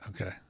Okay